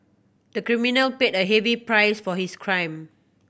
the criminal paid a heavy price for his crime